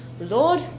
Lord